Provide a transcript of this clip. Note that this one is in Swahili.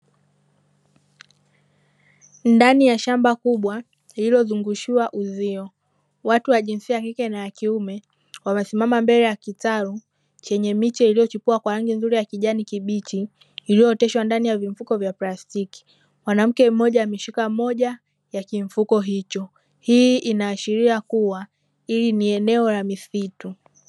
Ndani ya shamba kubwa lililozungushiwa uzio watu wa jinsia ya kike naya kiume wamesimama mbele ya kitalu chenye miche iliyochipua kwa rangi nzuri ya kijani kibichi iliyooteshwa ndani ya vifuko vya plastiki mwanamke mmoja ameshika moja ya vifuko hivyo hii inaashiria kuwa hili ni eneo la misitu.